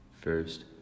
First